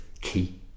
key